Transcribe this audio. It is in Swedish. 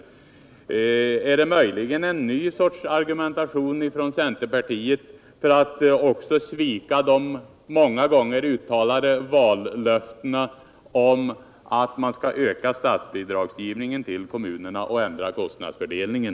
Kan resonemanget möjligen vara en ny sorts argumentation från centerpartiet för att också svika de många gånger uttalade vallöftena att man skall öka statsbidragsgivningen till kommunerna och ändra kostnadsfördelningen?